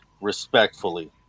respectfully